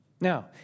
Now